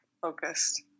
focused